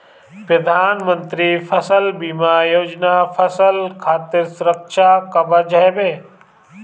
प्रधानमंत्री फसल बीमा योजना फसल खातिर सुरक्षा कवच हवे